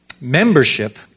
Membership